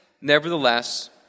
nevertheless